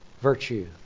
Virtue